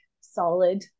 solid